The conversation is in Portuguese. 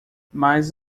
mas